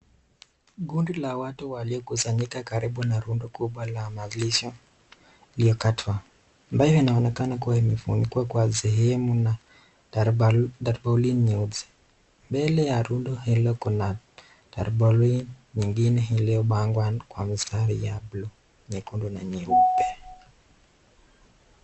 Kundi la watu waliokusanyika karibu na rundo kubwa la malisho iliyokatwa, ambayo inaonekana kuwa imefunikwa kwa sehemu na tarpaulin nyeusi. Mbele ya rundo hilo kuna tarpaulin nyingine iliyopangwa kwa mistari ya buluu, nyekundu na nyeupe.